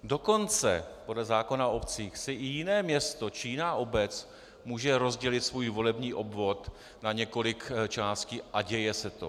Dokonce podle zákona o obcích si i jiné město či jiná obec může rozdělit svůj volební obvod na několik částí a děje se to.